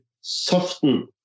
soften